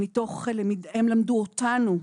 הם למדו אותנו,